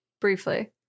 briefly